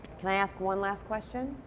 can i ask one last question?